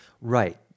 Right